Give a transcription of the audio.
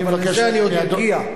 גם לזה אני עוד אגיע.